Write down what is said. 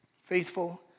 Faithful